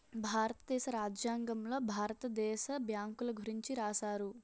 భారతదేశ రాజ్యాంగంలో భారత దేశ బ్యాంకుల గురించి రాశారు